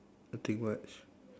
nothing much